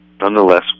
nonetheless